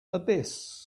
abyss